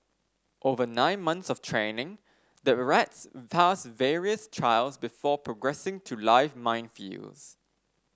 over nine months of training the rats pass various trials before progressing to live minefields